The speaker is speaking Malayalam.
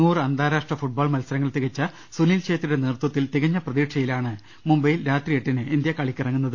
നൂറ് അന്താരാഷ്ട്ര ഫുട്ബോൾ മത്സ രങ്ങൾ തികച്ച സുനിൽ ഛേത്രിയുടെ നേതൃത്വത്തിൽ തികഞ്ഞ പ്രതീക്ഷയി ലാണ് മുംബൈയിൽ രാത്രി എട്ടിന് ഇന്ത്യ കളിക്കിറങ്ങുന്നത്